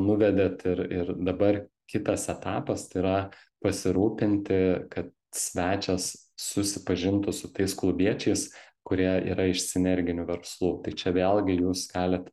nuvedėt ir ir dabar kitas etapas tai yra pasirūpinti kad svečias susipažintų su tais klubiečiais kurie yra iš sinerginių verslų tai čia vėlgi jūs galit